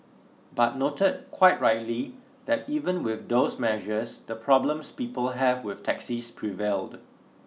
but noted quite rightly that even with those measures the problems people have with taxis prevailed